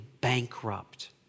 bankrupt